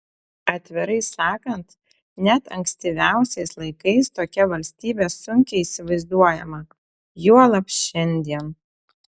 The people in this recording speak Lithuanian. atvirai sakant net ankstyviausiais laikais tokia valstybė sunkiai įsivaizduojama juolab šiandien